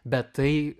bet tai